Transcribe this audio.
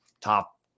top